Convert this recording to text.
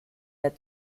der